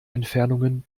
entfernungen